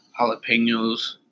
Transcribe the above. jalapenos